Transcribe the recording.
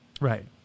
Right